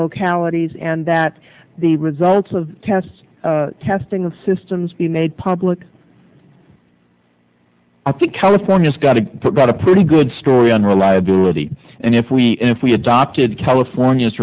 localities and that the results of tests testing systems be made public i think california's got to put out a pretty good story on reliability and if we if we adopted california's